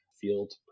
field